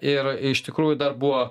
ir iš tikrųjų dar buvo